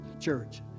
church